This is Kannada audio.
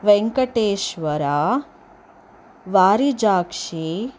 ವೆಂಕಟೇಶ್ವರ ವಾರಿಜಾಕ್ಷಿ